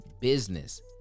business